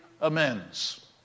amends